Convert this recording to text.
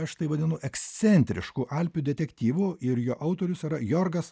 aš tai vadinu ekscentrišku alpių detektyvu ir jo autorius yra jogas